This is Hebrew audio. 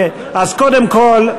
אז קודם כול,